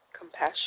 compassion